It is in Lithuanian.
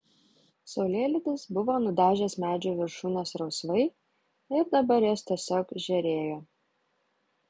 saulėlydis buvo nudažęs medžių viršūnes rausvai ir dabar jos tiesiog žėrėjo